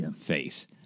face